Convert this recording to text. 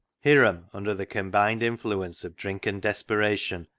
hiram, under the combined influence of drink and desperation,